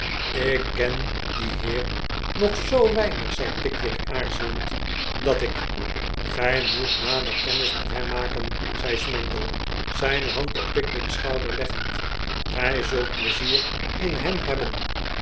ik ken dien heer nog zoo weinig zei pickwick aarzelend dat ik gij moet nader kennis met hem maken zei smangle zijn hand op pickwick's sehouder leggend rr gij zult pleizier in hem hebben